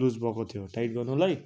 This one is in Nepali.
लुज भएको थियो टाइट गर्नुलाई